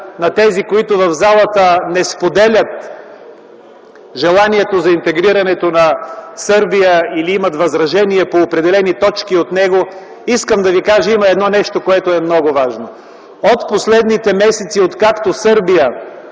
на тези, които в залата не споделят желанието за интегрирането на Сърбия или имат възражения по определени точки от него, че има едно нещо, което е много важно. Един месец, откакто Сърбия